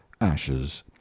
Ashes